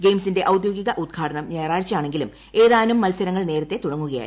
ഗെയിംസിന്റെ ഔദ്യോഗിക ഉദ്ഘാടനം ഞായറാഴ്ചയാണെങ്കിലും ഏതാനും മത്സരങ്ങൾ നേരത്തെ തുടങ്ങുകയായിരുന്നു